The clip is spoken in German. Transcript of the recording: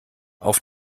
auf